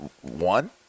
one